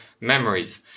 memories